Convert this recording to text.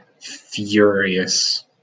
furious